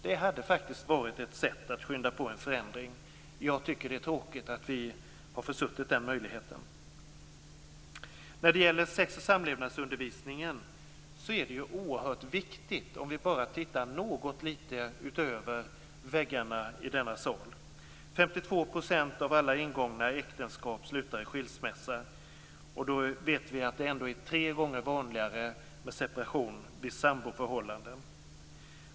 Det hade varit ett sätt att skynda på en förändring. Jag tycker att det är tråkigt att vi har försuttit den möjligheten. Sex och samlevnadsundervisningen är oerhört viktig - om vi bara tittar något längre än väggarna i denna sal. 52 % av alla ingångna äktenskap slutar i skilsmässa. Då vet vi att det är tre gånger vanligare med separation vid samboförhållanden.